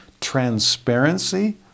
transparency